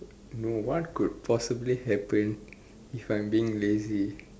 no what could possibly happen if I'm being lazy